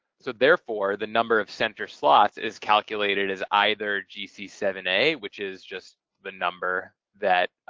so therefore, the number of center slots is calculated as either g c seven a, which is just the number that.